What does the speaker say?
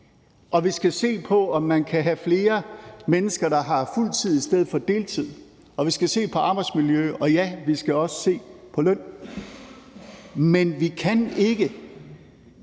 og vi skal se på, om man kan have flere mennesker, der er på fuldtid i stedet for deltid, og vi skal se på arbejdsmiljø, og ja, vi skal også se på løn. Men vi kan ikke,